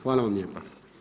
Hvala vam lijepa.